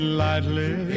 lightly